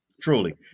truly